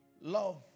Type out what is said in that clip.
love